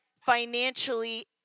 financially